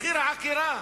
מחיר העקירה,